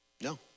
No